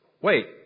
Wait